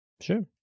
Sure